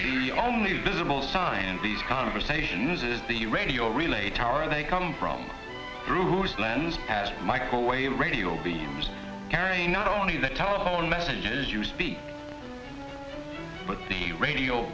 the only visible sign in these conversations is the radio relay tower they come from through his lens as microwave radio beeps carrying not only the telephone messages you speak but the radio